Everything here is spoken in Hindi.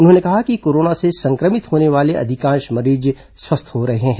उन्होंने कहा कि कोरोना से संक्रमित होने वाले अधिकांश मरीज स्वस्थ हो रहे हैं